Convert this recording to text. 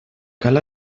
cal